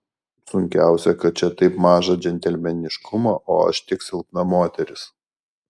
sunkiausia kad čia taip maža džentelmeniškumo o aš tik silpna moteris